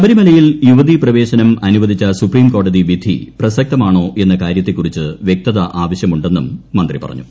ശബരിമലയിൽ യുവതീ പ്രവേശനം അനുവദിച്ച സുപ്രീം കോടതി വിധി പ്രസക്തമാണോ എന്ന കാര്യത്തെക്കുറിച്ച് വ്യക്തത ആവശ്യമുണ്ടെന്നും മന്ത്രി പറഞ്ഞു